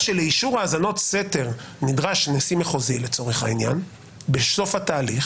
שלאישור האזנות סתר נדרש נשיא מחוזי בסוף התהליך.